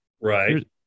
right